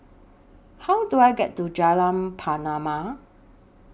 How Do I get to Jalan Pernama